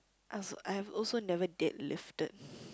I was I have also never deadlifted